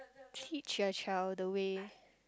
teach your child the way